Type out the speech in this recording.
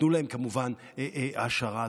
תנו להם כמובן העשרה,